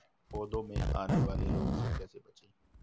पौधों में आने वाले रोग से कैसे बचें?